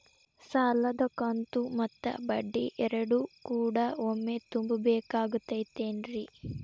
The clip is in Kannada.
ಸಾಲದ ಕಂತು ಮತ್ತ ಬಡ್ಡಿ ಎರಡು ಕೂಡ ಒಮ್ಮೆ ತುಂಬ ಬೇಕಾಗ್ ತೈತೇನ್ರಿ?